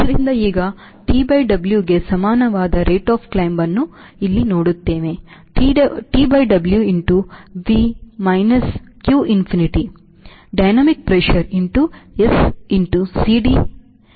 ಆದ್ದರಿಂದ ಈಗ TW ಗೆ ಸಮಾನವಾದ rate of climbವನ್ನು ನಾನು ಇಲ್ಲಿ ನೋಡುತ್ತೇನೆ TW into V minus q infinity dynamic pressure into S into CD by W into V